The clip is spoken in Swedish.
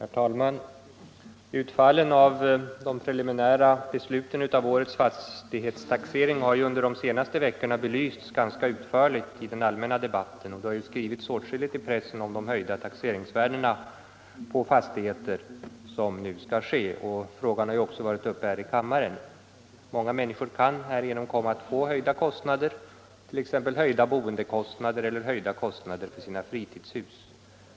Herr talman! Utfallen av de preliminära besluten i årets fastighetstaxering har ju under de senaste veckorna belysts ganska utförligt i den allmänna debatten. Det har skrivits åtskilligt i pressen om de höjda taxeringsvärden på fastigheter som nu skall gälla, och frågan har också varit uppe här i kammaren. Många människor kan härigenom komma att få höjda kostnader, t.ex. höjda boendekostnader eller höjda kostnader för sina fritidshus.